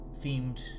themed